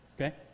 Okay